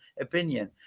opinion